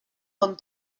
son